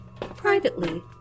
Privately